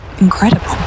incredible